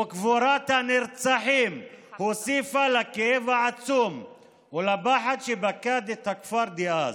וקבורת הנרצחים הוסיפה לכאב העצום ולפחד שפקד את הכפר דאז.